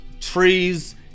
trees